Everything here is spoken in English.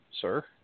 sir